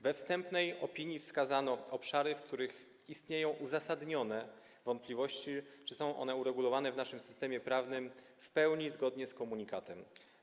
We wstępnej opinii wskazano obszary, co do których istnieją uzasadnione wątpliwości, czy są one uregulowane w naszym systemie prawnym w pełni zgodnie z komunikatem.